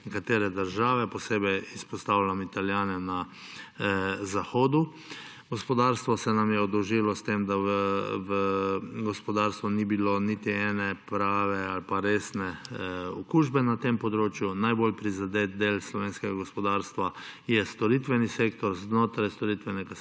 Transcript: nekatere države, posebej izpostavljam Italijane na zahodu. Gospodarstvo se nam je oddolžilo s tem, da v gospodarstvu ni bilo niti ene prave ali pa resne okužbe na tem področju. Najbolj prizadeti del slovenskega gospodarstva je storitveni sektor, znotraj storitvenega sektorja